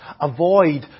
Avoid